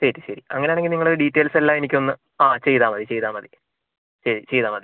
ശരി ശരി അങ്ങനെയാണെങ്കിൽ നിങ്ങൾ ഡീറ്റെയിൽസ് എല്ലാം എനിക്ക് ഒന്ന് ആ ചെയ്താൽമതി ചെയ്താൽമതി ശരി ചെയ്താൽമതി